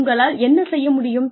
உங்களால் என்ன செய்ய முடியும்